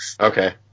Okay